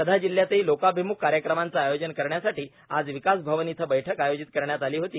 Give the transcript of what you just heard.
वर्धा जिल्ह्यातही लोकाभिमुख कार्यक्रमाचं आयोजन करण्यासाठी आज विकास भवन इथं बैठक आयोजित करण्यात आली होती